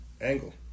angle